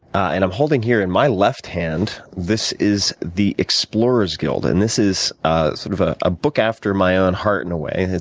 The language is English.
and i'm holding here in my left hand, this is the explorer's guild. and this is ah sort of ah a book after my own heart, in a way.